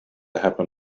happen